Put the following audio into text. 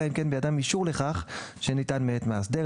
אלא אם כן בידם אישור לכך שניתן מאת מאסדר,